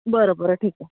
बरं बरं ठीक आहे